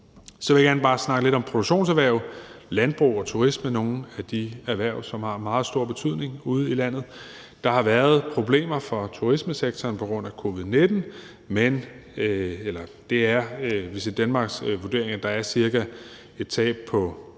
Så vil jeg gerne snakke lidt om produktionserhverv, nemlig landbrug og turisme og nogle af de erhverv, som har meget stor betydning ude i landet. Der har været problemer for turismesektoren på grund af covid-19. Det er VisitDenmarks vurdering, at der er et tab på ca.